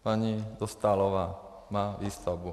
Paní Dostálová má výstavbu.